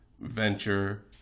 venture